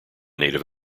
native